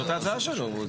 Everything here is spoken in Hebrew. זאת ההצעה שלו.